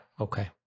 Okay